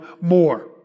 more